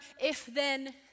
if-then